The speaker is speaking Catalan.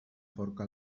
forca